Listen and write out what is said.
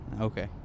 Okay